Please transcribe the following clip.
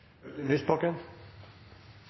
Audun Lysbakken